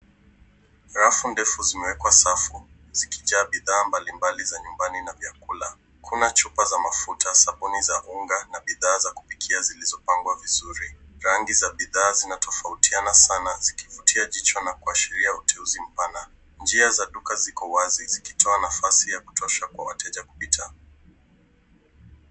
Rafu ndefu zimewekwa safu zikijaa bidhaa mbalimbali za nyumbani na vyakula. Kuna chupa za mafuta, sabuni za unga, na bidhaa za kupikia zilizopangwa vizuri. Rangi za bidhaa zinatofautiana sana zikivutia jicho na kuashiria uteuzi mpana. Njia za duka ziko wazi zikitoa nafasi ya kutosha kwa wateja kupita.